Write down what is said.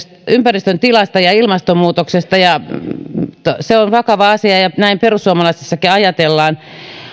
ympäristön tilasta ja ilmastonmuutoksesta se on vakava asia näin perussuomalaisissakin ajatellaan